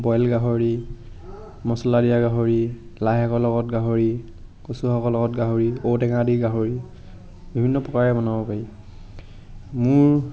boil গাহৰি মচলা দিয়া গাহৰি লাইশাকৰ লগত গাহৰি কচুশাকৰ লগত গাহৰি ঔটেঙা দি গাহৰি বিভিন্ন প্ৰকাৰে বনাব পাৰি মোৰ